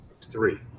three